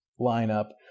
lineup